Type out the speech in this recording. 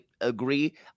agree